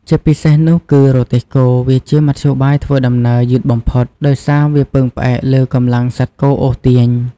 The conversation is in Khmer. ជាពិសេសនោះគឺរទេះគោ វាជាមធ្យោបាយធ្វើដំណើរ យឺតបំផុត ដោយសារវាពឹងផ្អែកលើកម្លាំងសត្វគោអូសទាញ ។